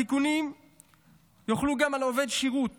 התיקונים יוחלו גם על עובדי שירות